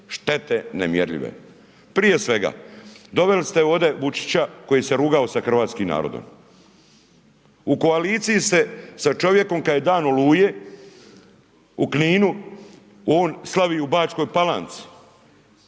štete nemjerljive. Prije svega doveli ste ovdje Vučića koji se je rugao sa hrvatskim narodom, u koaliciji ste sa čovjekom kada je dan Oluje, u Kininu, on slavi u Bačkoj Palanki,